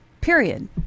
Period